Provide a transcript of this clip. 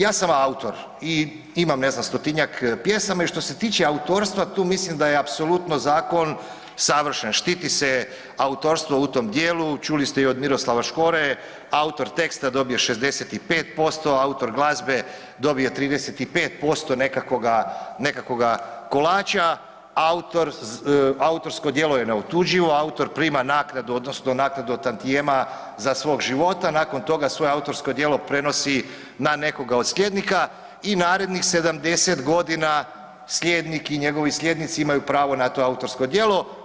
Ja sam autor i ima ne znam stotinjak pjesama i što se tiče autorstva tu mislim da je apsolutno zakon savršen, štiti se autorstvo u tom dijelu, čuli ste i od Miroslava Škore autor teksta dobije 65%, autor glazbe dobije 35% nekakvoga kolača, autorsko djelo je neotuđivo, autor prima naknadu odnosno naknadu od tantijema za svog život, nakon toga svoje autorsko djelo prenosi na nekoga od slijednika i narednih 70 godina slijednik i njegovi slijednici imaju pravo na to autorsko djelo.